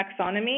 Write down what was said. taxonomy